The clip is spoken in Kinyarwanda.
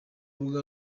rubuga